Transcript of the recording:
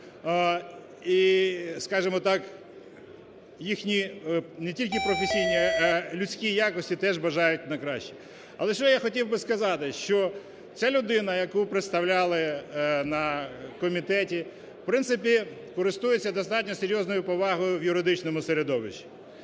І, скажемо так, їхні не тільки професійні, людські якості також бажають на краще. Але що я хотів би сказати, що ця людина, яку представляли на комітеті, в принципі, користується достатньо серйозною повагою в юридичному середовищі,